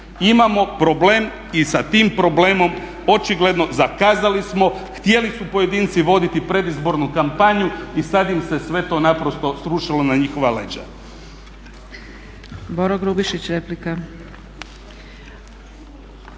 Imamo problem i sa tim problemom očigledno zakazali smo. Htjeli su pojedinci voditi predizbornu kampanju i sad im se sve to naprosto srušilo na njihova leđa.